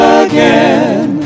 again